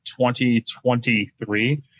2023